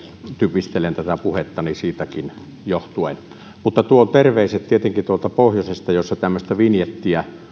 typistelen tätä puhettani siitäkin johtuen tuon terveiset tietenkin tuolta pohjoisesta missä tämmöistä vinjettiä